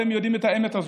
אתם יודעים את האמת הזאת,